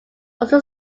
also